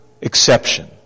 exception